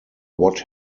what